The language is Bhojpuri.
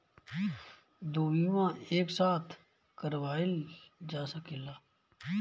दो बीमा एक साथ करवाईल जा सकेला?